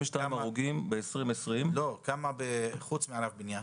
הרוגים בשנת 2020. כמה חוץ מענף הבנייה?